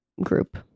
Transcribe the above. group